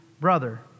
brother